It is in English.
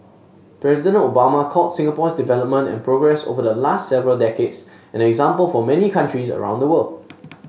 President Obama called Singapore's development and progress over the last several decades an example for many countries around the world